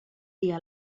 dia